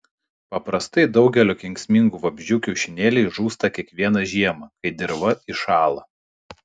paprastai daugelio kenksmingų vabzdžių kiaušinėliai žūsta kiekvieną žiemą kai dirva įšąla